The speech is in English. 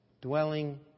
dwelling